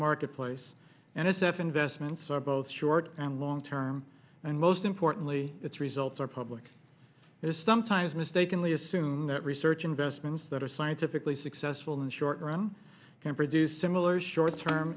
marketplace and s f investments are both short and long term and most importantly its results are public it is sometimes mistakenly assumed that research investments that are scientifically successful in the short run can produce similar short term